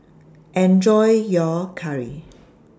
Enjoy your Curry